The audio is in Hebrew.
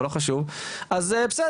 אבל לא חשוב) אז בסדר,